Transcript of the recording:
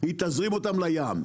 היא תזרים אותם לים.